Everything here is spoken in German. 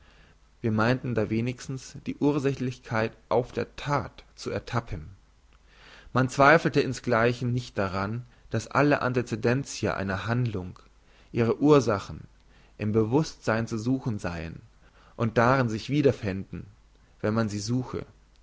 wir meinten da wenigstens die ursächlichkeit auf der that zu ertappen man zweifelte insgleichen nicht daran dass alle antecedentia einer handlung ihre ursachen im bewusstsein zu suchen seien und darin sich wiederfänden wenn man sie suche